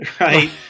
right